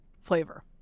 flavor